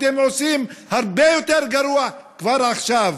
אתם עושים הרבה יותר גרוע כבר עכשיו.